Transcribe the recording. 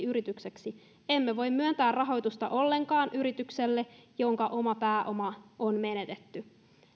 yritykseksi emme voi myöntää rahoitusta ollenkaan yritykselle jonka oma pääoma on menetetty